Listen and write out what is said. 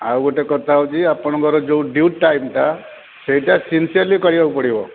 ଆଉ ଗୋଟେ କଥା ହେଉଛି ଆପଣଙ୍କର ଯେଉଁ ଡ୍ୟୁଟି ଟାଇମ୍ଟା ସେଇଟା ସିନ୍ସିଅର୍ଲି କରିବାକୁ ପଡ଼ିବ